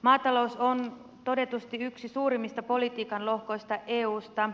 maatalous on todetusti yksi suurimmista politiikan lohkoista eusta